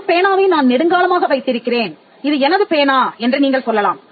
இந்தப் பேனாவை நான் நெடுங்காலமாக வைத்திருக்கிறேன் இது எனது பேனா என்று நீங்கள் சொல்லலாம்